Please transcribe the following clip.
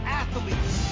athletes